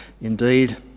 Indeed